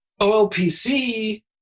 OLPC